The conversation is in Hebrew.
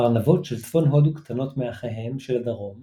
הארנבות של צפון הודו קטנות מאחיהם של הדרום